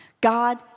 God